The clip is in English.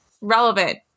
relevant